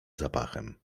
zapachem